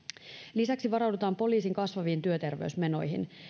lisäksi varaudutaan poliisin kasvaviin työterveysmenoihin